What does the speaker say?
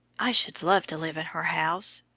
i should love to live in her house,